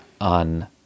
on